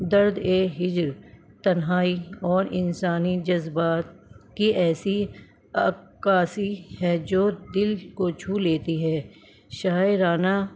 درد ہجر تنہائی اور انسانی جذبات کی ایسی عکاسی ہے جو دل کو چھو لیتی ہے شاعرانہ